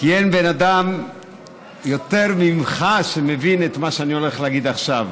כי אין בן אדם שמבין יותר ממך את מה שאני הולך להגיד עכשיו.